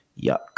Yuck